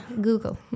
Google